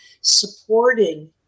supporting